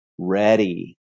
Ready